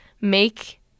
Make